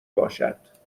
باشد